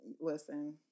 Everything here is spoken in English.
listen